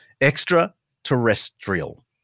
Extraterrestrial